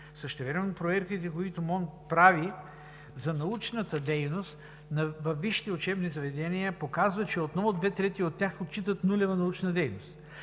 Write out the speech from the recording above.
на образованието и науката прави за научната дейност във висшите учебни заведения, показват, че отново две трети от тях отчитат нулева научна дейност.